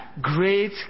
Great